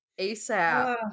ASAP